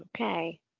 Okay